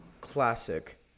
classic